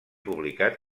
publicat